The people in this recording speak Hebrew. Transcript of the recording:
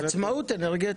עצמאות אנרגטית.